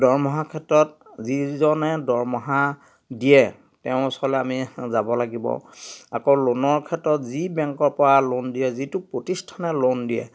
দৰমহাৰ ক্ষেত্ৰত যিজনে দৰমহা দিয়ে তেওঁৰ ওচৰলৈ আমি যাব লাগিব আকৌ লোনৰ ক্ষেত্ৰত যি বেংকৰ পৰা লোন দিয়ে যিটো প্ৰতিষ্ঠানে লোন দিয়ে